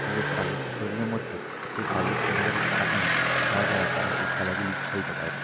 তাদের শারীর শরীরের মধ্যে সেই শারীরিক ক্ষমতাটুকু থাকে না যার দ্বারা তারা এই খেলাগুলি খেলতে পারবে